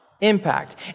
impact